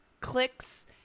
clicks